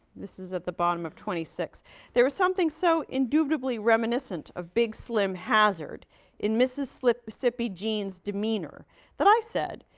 this is at the bottom of twenty six there is something so indubitably reminiscent of big slim hazard in mississippi mississippi gene's demeanor that i said,